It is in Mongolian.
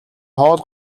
хоол